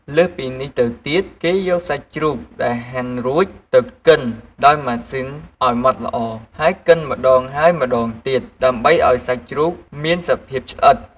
លើសពីនេះទៅទៀត គេយកសាច់ជ្រូកដែលហាន់រួចទៅកិនដោយម៉ាស៊ីនឱ្យម៉ត់ល្អ ហើយកិនម្ដងហើយម្ដងទៀត ដើម្បីឱ្យសាច់ជ្រូកមានសភាពស្អិត។